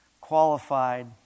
qualified